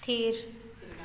ᱛᱷᱤᱨ